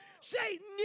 Satan